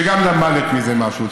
שגם למדת מזה משהו.